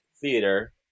theater